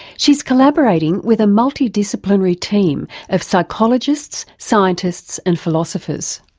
she's collaborating with a multi disciplinary team of psychologists, scientists and philosophers.